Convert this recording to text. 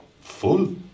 full